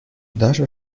даша